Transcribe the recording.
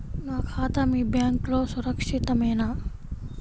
నా ఖాతా మీ బ్యాంక్లో సురక్షితమేనా?